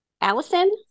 Allison